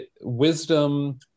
wisdom